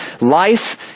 life